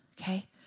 okay